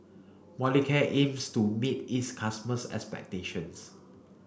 Molicare aims to meet its customers' expectations